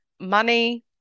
money